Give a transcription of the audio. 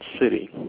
city